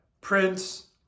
Prince